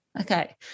Okay